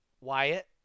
Wyatt